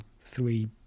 Three